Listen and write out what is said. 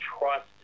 trust